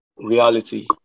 reality